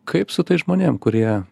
kaip su tais žmonėm kurie